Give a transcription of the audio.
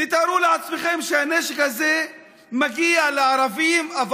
תתארו לעצמכם שהנשק הזה מגיע מהערבים אבל